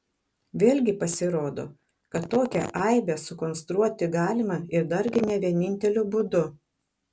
vėlgi pasirodo kad tokią aibę sukonstruoti galima ir dargi ne vieninteliu būdu